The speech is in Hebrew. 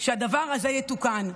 שהדבר הזה יתוקן,